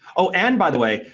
oh, and by the way,